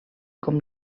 com